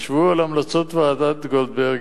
ישבו על המלצות ועדת-גולדברג,